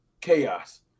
chaos